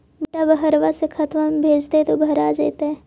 बेटा बहरबा से खतबा में भेजते तो भरा जैतय?